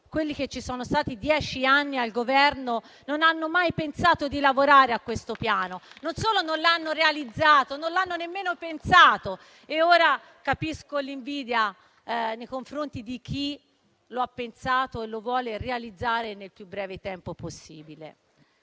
quelli che sono stati dieci anni al governo non hanno mai pensato di lavorare a questo piano. Non solo non l'hanno realizzato, non l'hanno nemmeno pensato. Ora capisco l'invidia nei confronti di chi lo ha pensato e lo vuole realizzare nel più breve tempo possibile.